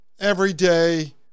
everyday